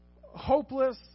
hopeless